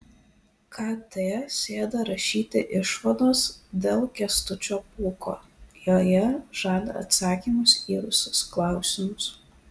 kt sėda rašyti išvados dėl kęstučio pūko joje žada atsakymus į visus klausimus